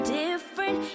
different